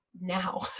now